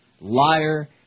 liar